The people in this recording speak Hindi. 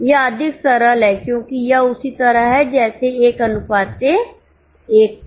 यह अधिक सरल है क्योंकि यह उसी तरह है जैसे 11 था